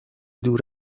دور